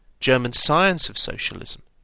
german science of socialism,